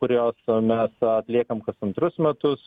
kurios mes atliekam kas antrus metus